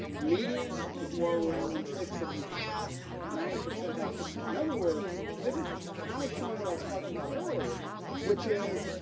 median is more around six six and a half nine percent house four percent. in other words this is counties showing what i was talking about earlier which is